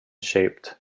shaped